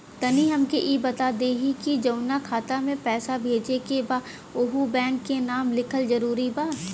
तनि हमके ई बता देही की जऊना खाता मे पैसा भेजे के बा ओहुँ बैंक के नाम लिखल जरूरी बा?